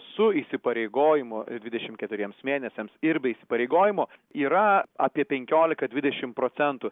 su įsipareigojimu dvidešimt keturiems mėnesiams ir be įsipareigojimo yra apie penkiolika dvidešimt procentų